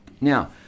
Now